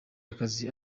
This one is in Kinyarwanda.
akazi